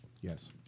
Yes